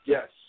Yes